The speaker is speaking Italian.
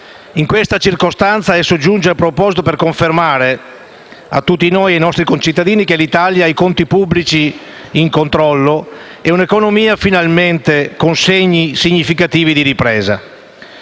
In questa circostanza esso giunge a proposito per confermare a tutti noi e ai nostri concittadini, che l'Italia ha i conti pubblici in controllo e un'economia che finalmente mostra segni significativi di ripresa.